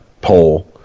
poll